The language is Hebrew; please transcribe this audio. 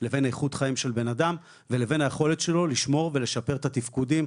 לבין איכות חיים של בן אדם ולבין היכולת שלו לשמור ולשפר את התפקודים.